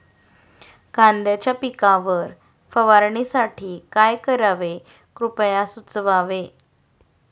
कांद्यांच्या पिकावर फवारणीसाठी काय करावे कृपया सुचवावे